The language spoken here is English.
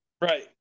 right